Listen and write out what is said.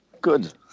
good